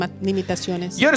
limitaciones